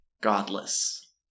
Godless